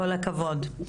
כל הכבוד.